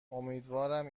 امیدوارم